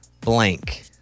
blank